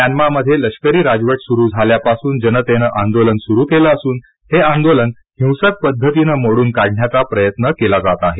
म्यानमामध्ये लष्करी राजवट सुरू झाल्यापासून जनतेनं आंदोलन सुरू केलं असून हे आंदोलन हिसक पद्धतीनं मोडून काढण्याचा प्रयत्न केला जात आहे